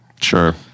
Sure